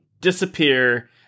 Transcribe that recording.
disappear